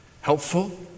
helpful